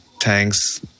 tanks